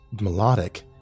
melodic